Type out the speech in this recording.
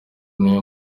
niwo